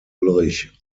ulrich